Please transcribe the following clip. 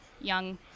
young